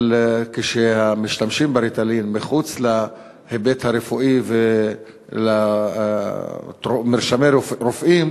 אבל כאשר משתמשים ב"ריטלין" מחוץ להיבט הרפואי ולמרשמי הרופאים,